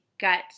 gut